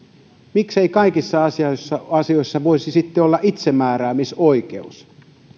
miksei kaikissa asioissa voisi sitten olla itsemääräämisoikeus